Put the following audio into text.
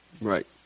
Right